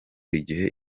igihe